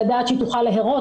לדעת שהיא תוכל להרות,